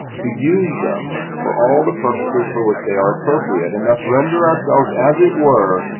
to use them for all the purposes for which they are appropriate, and thus render ourselves, as it were,